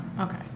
Okay